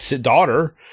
daughter